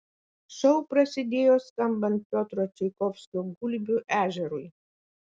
šou prasidėjo skambant piotro čaikovskio gulbių ežerui